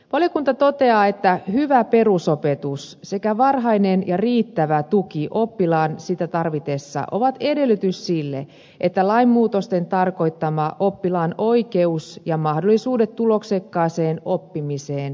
valiokunta toteaa että hyvä perusopetus sekä varhainen ja riittävä tuki oppilaan sitä tarvitessa ovat edellytys sille että lainmuutosten tarkoittama oppilaan oikeus ja mahdollisuudet tuloksekkaaseen oppimiseen toteutuvat